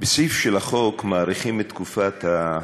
בסעיף של החוק מאריכים את תקופת ההתמחות.